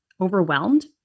overwhelmed